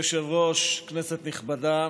אדוני היושב-ראש, כנסת נכבדה,